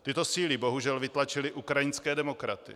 Tyto síly bohužel vytlačily ukrajinské demokraty.